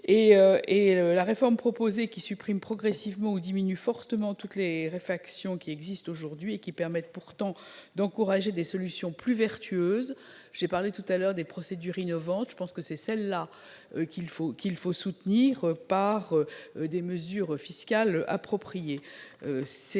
La réforme proposée supprime progressivement ou diminue fortement toutes les réfactions existant aujourd'hui, alors qu'elles permettent d'encourager des solutions plus vertueuses. J'ai évoqué précédemment les procédures innovantes : je pense que ce sont celles-là qu'il faut soutenir par des mesures fiscales appropriées.